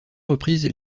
reprises